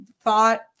thought